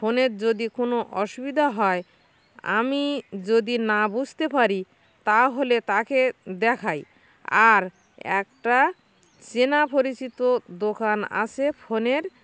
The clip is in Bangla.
ফোনের যদি কোনো অসুবিধা হয় আমি যদি না বুঝতে পারি তাহলে তাকে দেখাই আর একটা চেনা পরিচিত দোকান আসে ফোনের